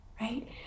right